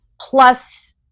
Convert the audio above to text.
Plus